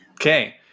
Okay